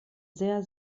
sehr